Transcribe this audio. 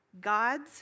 God's